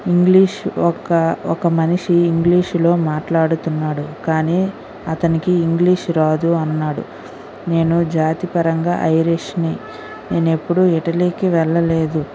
English ఒక్క ఒక మనిషి ఇంగ్లీష్లో మాట్లాడుతున్నాడు కానీ అతనికి ఇంగ్లీష్ రాదు అన్నాడు నేను జాతి పరంగా ఐరిష్ని నేనెప్పుడూ ఇటలీకి వెళ్ళలేదు